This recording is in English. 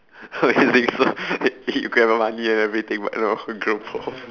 so h~ he grant your money and everything but don't know how grow balls